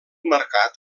mercat